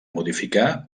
modificar